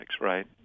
right